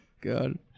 God